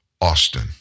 Austin